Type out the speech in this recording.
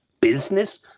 business